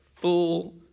full